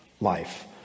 life